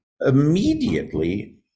immediately